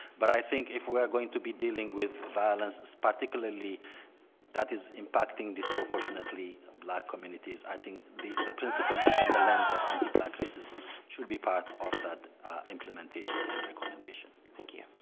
but i think if we're going to be dealing with violence particularly that is impacting disproportionately black communities i think the the principle and the lens of anti-black racism should be part of that implementation and recommendation. thank you.